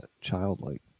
childlike